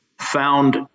found